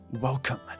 welcome